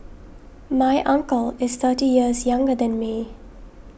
my uncle is thirty years younger than me